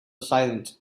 silent